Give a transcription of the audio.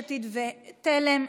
עתיד-תל"ם.